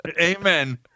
Amen